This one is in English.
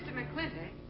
mclintock.